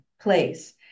place